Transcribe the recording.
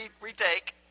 retake